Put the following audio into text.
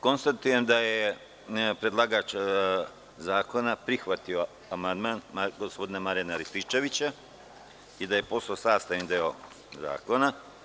Konstatujem da je predlagač zakona prihvatio amandman gospodina Marijana Rističevića i da je on postao sastavni deo zakona.